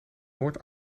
noord